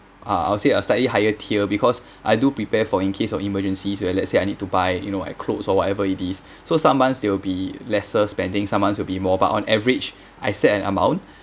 uh I would say a slightly higher tier because I do prepare for in case of emergencies let's say I need to buy you know like clothes or whatever it is so some months there will be lesser spending some months will be more but on average I set an amount